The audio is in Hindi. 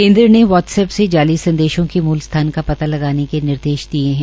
केन्द्र ने वाटसऐप से जाली संदर्शो के मूल स्थान का पता लगाने के निर्देश दिए है